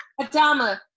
Adama